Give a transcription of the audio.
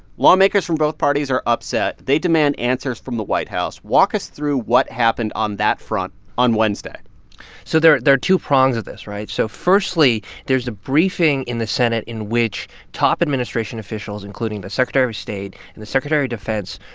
lawmakers from both parties are upset. they demand answers from the white house. walk us through what happened on that front on wednesday so there are two prongs of this, right? so firstly, there's a briefing in the senate in which top administration officials, including the secretary of of state and the secretary of defense,